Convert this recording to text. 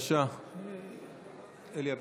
אלי אבידר,